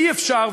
אי-אפשר,